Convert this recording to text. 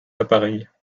appareil